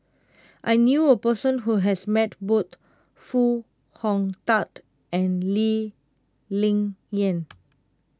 I knew a person who has met both Foo Hong Tatt and Lee Ling Yen